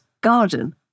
garden